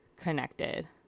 connected